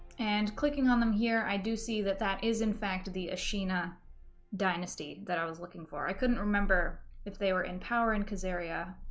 and clicking on them here i do see that that is in fact the ashina dynasty that i was looking for. i couldn't remember if they were in power in khazaria,